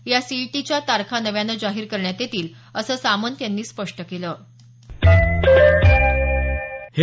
या सीईटीच्या तारखा नव्यान जाहीर करण्यात येतील अस सामंत यांनी स्पष्ट केलं आहे